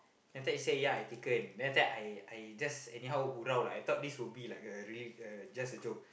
then after that she say yeah I taken then after that I I just anyhow gurau lah I thought this will be like a really just a joke